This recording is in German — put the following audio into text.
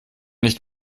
nicht